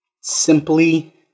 Simply